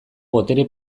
botere